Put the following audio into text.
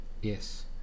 yes